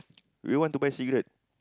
we want to buy cigarette